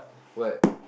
what